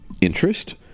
interest